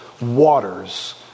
waters